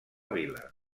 vila